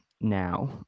now